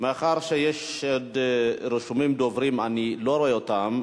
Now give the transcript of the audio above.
מאחר שיש עוד, רשומים דוברים, אני לא רואה אותם.